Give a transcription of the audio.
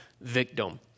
victim